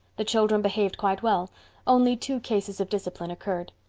the children behaved quite well only two cases of discipline occurred.